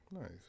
Nice